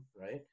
right